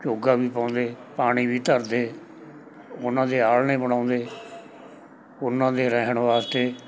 ਚੋਗਾ ਵੀ ਪਾਉਂਦੇ ਪਾਣੀ ਵੀ ਧਰਦੇ ਉਹਨਾਂ ਦੇ ਆਲ੍ਹਣੇ ਬਣਾਉਂਦੇ ਉਹਨਾਂ ਦੇ ਰਹਿਣ ਵਾਸਤੇ